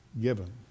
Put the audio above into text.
given